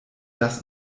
das